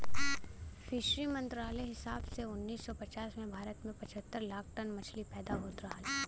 fishery मंत्रालय के हिसाब से उन्नीस सौ पचास में भारत में पचहत्तर लाख टन मछली पैदा होत रहल